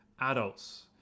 adults